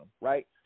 right